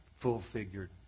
full-figured